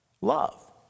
love